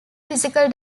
physical